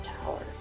Towers